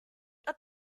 are